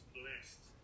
blessed